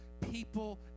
people